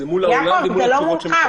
זה מול העולם ומול תשובות של --- יעקב,